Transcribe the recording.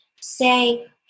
Say